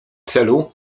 celu